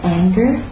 anger